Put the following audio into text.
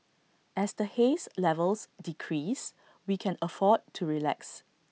as the haze levels decrease we can afford to relax